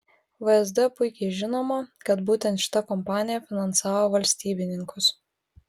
vsd puikiai žinoma kad būtent šita kompanija finansavo valstybininkus